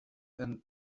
and